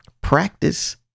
Practice